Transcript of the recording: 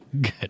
Good